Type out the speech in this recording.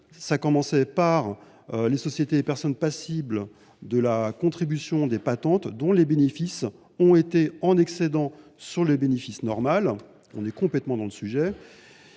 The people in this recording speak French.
acquittée « par les sociétés et les personnes passibles de la contribution des patentes, dont les bénéfices ont été en excédent sur le bénéfice normal ». On est complètement dans le sujet